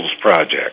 project